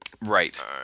right